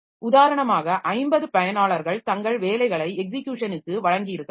உதாரணமாக 50 பயனாளர்கள் தங்கள் வேலைகளை எக்ஸிக்யூஷனுக்கு வழங்கியிருக்கலாம்